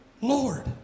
Lord